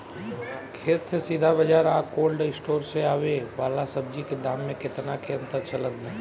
खेत से सीधा बाज़ार आ कोल्ड स्टोर से आवे वाला सब्जी के दाम में केतना के अंतर चलत बा?